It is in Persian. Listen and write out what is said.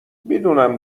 میدونم